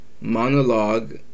monologue